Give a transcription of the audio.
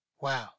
Wow